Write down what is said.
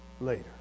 later